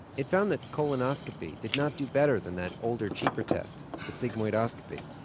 it found that colonoscopy did not do better than that older, cheaper test, the sigmoidoscopy,